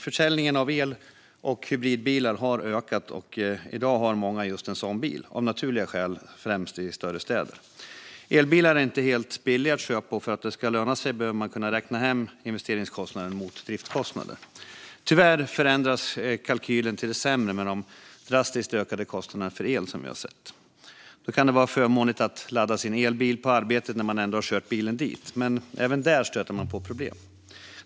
Försäljningen av el och hybridbilar har ökat, och i dag har många just en sådan bil, av naturliga skäl främst i större städer. Elbilar är inte helt billiga att köpa, och för att det ska löna sig behöver man kunna räkna hem investeringskostnaden mot driftskostnaderna. Tyvärr förändras kalkylen till det sämre med de drastiskt ökade kostnader för el som vi har sett. Då kan det vara förmånligt att ladda sin elbil på arbetet när man ändå har kört bilen dit, men även där stöter man på problem.